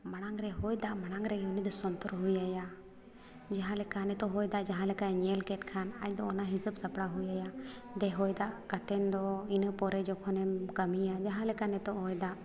ᱢᱟᱲᱟᱝᱨᱮ ᱦᱚᱭᱫᱟᱜ ᱢᱟᱲᱟᱝᱨᱮ ᱩᱱᱤᱫᱚ ᱥᱚᱱᱛᱚᱨ ᱦᱩᱭ ᱟᱭᱟ ᱡᱟᱦᱟᱸᱞᱮᱠᱟ ᱱᱤᱛᱳᱜ ᱦᱚᱭᱫᱟᱜ ᱡᱟᱦᱟᱸᱞᱮᱠᱟᱭ ᱧᱮᱞᱠᱮᱫ ᱠᱷᱟᱱ ᱟᱡᱫᱚ ᱚᱱᱟ ᱦᱤᱥᱟᱹᱵᱽ ᱥᱟᱯᱲᱟᱣ ᱦᱩᱭ ᱟᱭᱟ ᱡᱮ ᱦᱚᱭᱫᱟᱜ ᱠᱟᱛᱮᱫ ᱫᱚ ᱤᱱᱟᱹ ᱯᱚᱨᱮ ᱡᱚᱠᱷᱚᱱᱮᱢ ᱠᱟᱹᱢᱤᱭᱟ ᱡᱟᱦᱟᱸᱞᱮᱠᱟ ᱱᱤᱛᱳᱜ ᱦᱚᱭ ᱫᱟᱜ